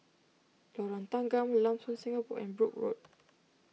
Lorong Tanggam Lam Soon Singapore and Brooke Road